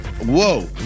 Whoa